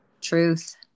truth